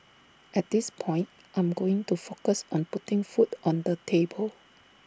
at this point I am going to focus on putting food on the table